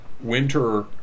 winter